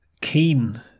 keen